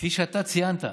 כפי שאתה ציינת,